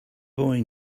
boy